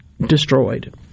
destroyed